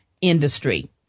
industry